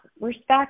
respect